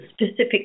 specific